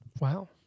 wow